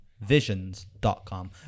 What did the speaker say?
visions.com